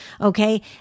okay